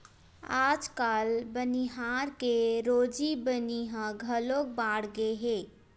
आजकाल बनिहार के रोजी बनी ह घलो बाड़गे हे